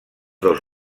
dos